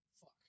Fuck